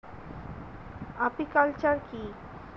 Apiculture কি?